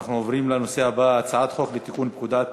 אנו עוברים לנושא הבא: הצעת חוק לתיקון פקודת